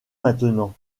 maintenant